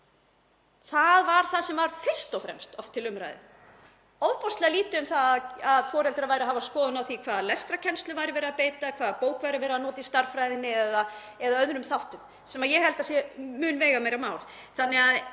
Það var það sem var fyrst og fremst til umræðu en ofboðslega lítið um að foreldrar væru að hafa skoðun á því hvaða lestrarkennsluaðferðum væri verið að beita, hvaða bók væri verið að nota í stærðfræðinni eða öðrum þáttum, sem ég held að sé mun veigameira mál. Þannig að